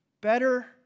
better